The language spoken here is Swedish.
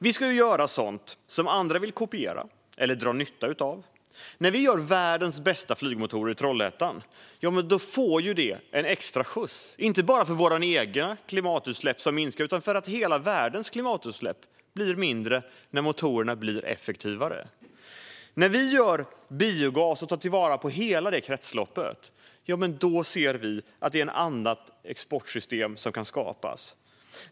Vi ska göra sådant som andra vill kopiera eller dra nytta av. När vi gör världens bästa flygmotorer i Trollhättan ger det en extra skjuts, inte bara för att våra egna klimatutsläpp minskar, utan för att hela världens klimatutsläpp blir mindre när motorerna blir effektivare. När vi gör biogas och tar till vara hela det kretsloppet kan ett annat exportsystem skapas.